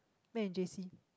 met in J_C